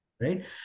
right